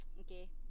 Okay